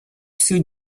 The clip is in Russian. всю